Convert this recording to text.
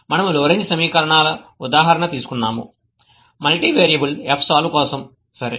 మనము లోరెంజ్ సమీకరణాల ఉదాహరణ తీసుకున్నాము మల్టీవియరబుల్ fsolve కోసం సరే